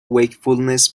wakefulness